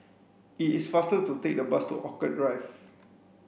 it is faster to take the bus to Orchid Drive